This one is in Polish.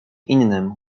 innym